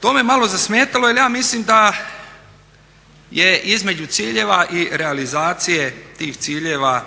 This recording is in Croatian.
To me malo zasmetalo jer ja mislim da je između ciljeva i realizacije tih ciljeva